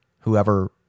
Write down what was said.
whoever